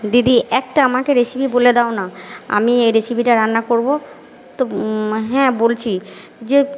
দিদি একটা আমাকে রেসিপি বলে দাও না আমি এই রেসিপিটা রান্না করবো তো হ্যাঁ বলছি যে